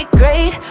great